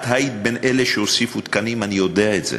את היית בין אלה שהוסיפו תקנים, אני יודע את זה.